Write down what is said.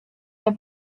der